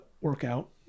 workout